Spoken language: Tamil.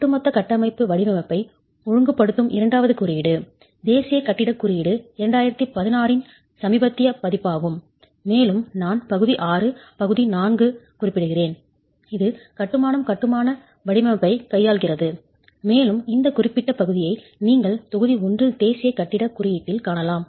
ஒட்டுமொத்த கட்டமைப்பு வடிவமைப்பை ஒழுங்குபடுத்தும் இரண்டாவது குறியீடு தேசிய கட்டிடக் குறியீடு 2016 இன் சமீபத்திய பதிப்பாகும் மேலும் நான் பகுதி 6 பகுதி 4 ஐக் குறிப்பிடுகிறேன் இது கட்டுமானம் கட்டுமான வடிவமைப்பைக் கையாள்கிறது மேலும் இந்த குறிப்பிட்ட பகுதியை நீங்கள் தொகுதி 1 இல் தேசிய கட்டிடக் குறியீட்டில் காணலாம்